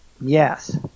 Yes